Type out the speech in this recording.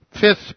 Fifth